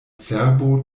cerbo